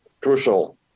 crucial